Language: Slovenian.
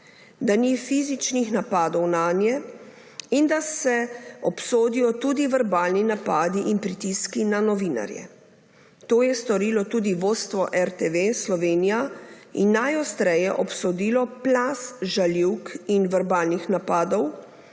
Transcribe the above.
da ni fizičnih napadov nanje in da se obsodijo tudi verbalni napadi in pritiski na novinarje. To je storilo tudi vodstvo RTV Slovenija in najostreje obsodilo plaz žaljivk in verbalnih napadov,